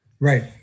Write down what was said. Right